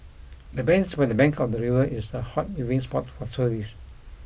the bench by the bank of the river is a hot viewing spot for tourists